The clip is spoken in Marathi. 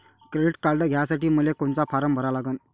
क्रेडिट कार्ड घ्यासाठी मले कोनचा फारम भरा लागन?